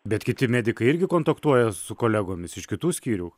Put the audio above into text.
bet kiti medikai irgi kontaktuoja su kolegomis iš kitų skyrių